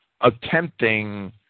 attempting